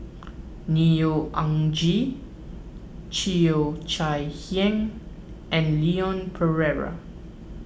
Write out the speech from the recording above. Neo Anngee Cheo Chai Hiang and Leon Perera